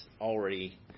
already